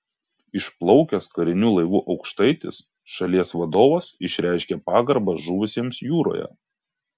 išplaukęs kariniu laivu aukštaitis šalies vadovas išreiškė pagarbą žuvusiems jūroje